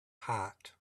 heart